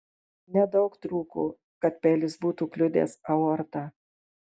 nedaug trūko kad peilis būtų kliudęs aortą